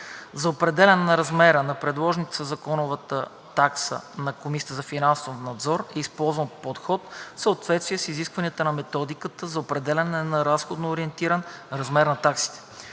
За определяне на размера на предложените със Законопроекта такси на КФН е използван подход в съответствие с изискванията на Методиката за определяне на разходоориентиран размер на таксите.